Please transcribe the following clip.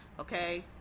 okay